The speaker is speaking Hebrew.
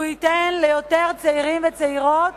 כי הוא ייתן ליותר צעירים וצעירות